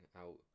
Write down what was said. out